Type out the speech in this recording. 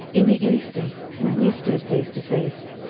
in the instant when we stood face to face,